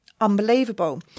unbelievable